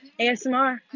ASMR